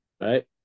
Right